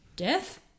death